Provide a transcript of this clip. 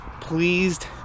pleased